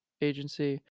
Agency